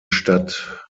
stadt